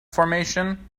formation